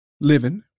living